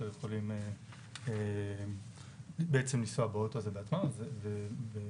יכולים בעצם לנסוע ברכב הזה בעצמם ובנוסף,